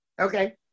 Okay